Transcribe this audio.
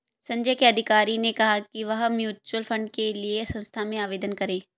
संजय के अधिकारी ने कहा कि वह म्यूच्यूअल फंड के लिए संस्था में आवेदन करें